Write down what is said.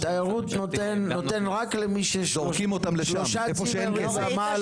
התיירות נותן מענק רק למי שיש לו שלושה צימרים ומעלה.